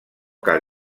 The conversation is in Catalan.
cal